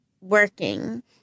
working